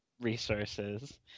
resources